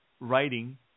writing